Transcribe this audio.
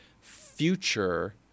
future